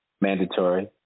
mandatory